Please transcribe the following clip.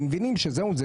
כי מבינים שזהו זה,